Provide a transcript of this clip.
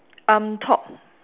on top